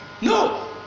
No